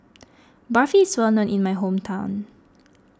Barfi is well known in my hometown